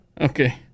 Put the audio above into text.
Okay